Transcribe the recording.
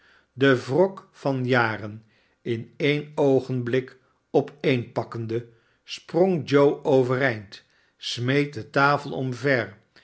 den wrok van jaren in e'e'n oogenblik opeenpakkende sprong joe overeind smeet de tafel omver